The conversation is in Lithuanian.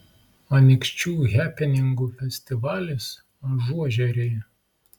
anykščių hepeningų festivalis ažuožeriai